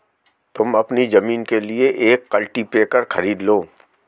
तुम अपनी जमीन के लिए एक कल्टीपैकर खरीद लो